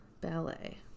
Ballet